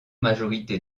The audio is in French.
majorité